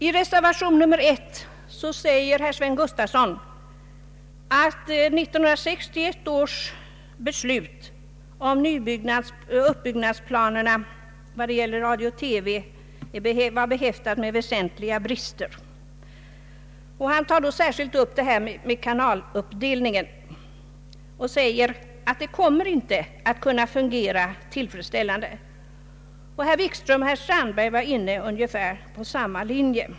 I reservation 1 a sägs att 1966 års beslut avseende en utbyggnadsplan för radio-TV var behäftat med väsentliga brister. Man anser att kanaluppdelningen inte kommer att kunna fungera tillfredsställande. Herr Wikström och herr Strandberg var också inne på den linjen.